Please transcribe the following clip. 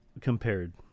compared